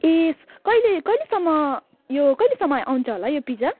ए स कहिले कहिलेसम्म यो कहिलेसम्म आउँछ होला यो पिजा